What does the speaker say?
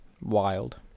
Wild